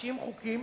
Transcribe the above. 90 חוקים,